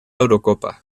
eurocopa